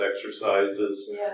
exercises